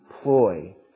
ploy